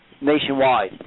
nationwide